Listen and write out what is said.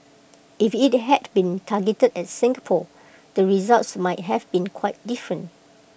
if IT had been targeted at Singapore the results might have been quite different